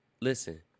listen